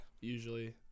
Usually